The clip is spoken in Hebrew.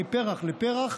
מפרח לפרח,